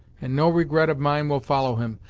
and no regret of mine will follow him,